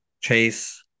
Chase